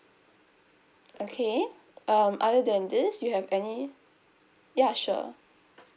okay um other than this you have any ya sure